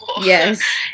Yes